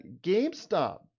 GameStop